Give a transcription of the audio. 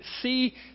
see